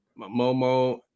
Momo